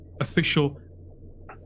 official